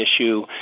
issue